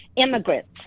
immigrants